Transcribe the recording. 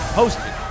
hosted